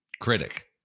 critic